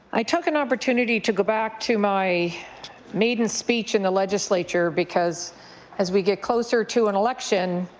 i took an opportunity to go back to my maiden speech in the legislature because as we get closer to an election,